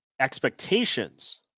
expectations